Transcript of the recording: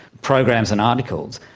programs and articles,